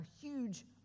huge